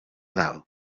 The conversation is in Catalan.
dalt